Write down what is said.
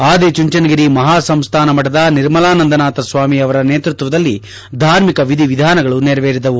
ಆದಿಚುಂಚನಗಿರಿ ಮಹಾಸಂಸ್ವಾನಮಠದ ನಿರ್ಮಲಾನಂದನಾಥ ಸ್ವಾಮಿ ಅವರ ನೇತ್ಪಕ್ಷದಲ್ಲಿ ಧಾರ್ಮಿಕ ವಿಧಿವಿಧಾನಗಳು ನೆರವೇರಿದವು